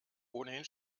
ohnehin